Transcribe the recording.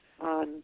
on